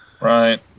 right